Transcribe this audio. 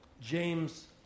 James